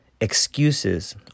excuses